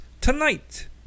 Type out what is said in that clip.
Tonight